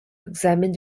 examine